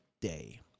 Day